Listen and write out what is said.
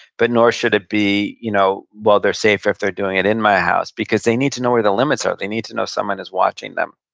but nor should it be, you know they're safe if they're doing it in my house. because they need to know where the limits are. they need to know someone is watching them.